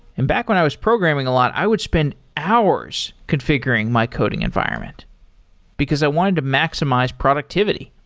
and back when i was programming a lot i would spend hours configuring my coding environment because i wanted to maximize productivity.